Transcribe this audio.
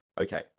okay